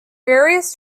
various